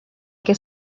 que